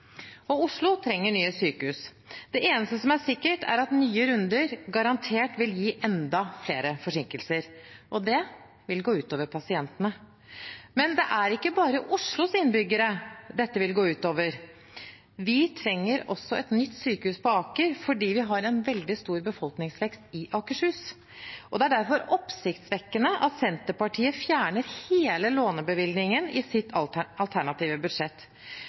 Oslo trenger nye sykehus. Det eneste som er sikkert, er at nye runder garantert vil gi enda flere forsinkelser, og det vil gå ut over pasientene. Men det er ikke bare Oslos innbyggere dette vil gå ut over. Vi trenger også et nytt sykehus på Aker fordi vi har en veldig stor befolkningsvekst i Akershus. Det er derfor oppsiktsvekkende at Senterpartiet fjerner hele lånebevilgningen i sitt alternative budsjett.